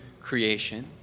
creation